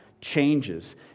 changes